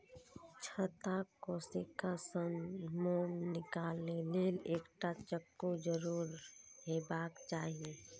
छत्ताक कोशिका सं मोम निकालै लेल एकटा चक्कू जरूर हेबाक चाही